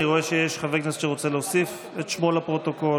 אני רואה שיש חבר כנסת שרוצה להוסיף את שמו לפרוטוקול.